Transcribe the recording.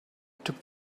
took